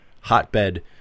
hotbed